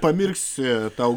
pamirksi tau